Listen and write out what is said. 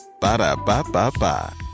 Ba-da-ba-ba-ba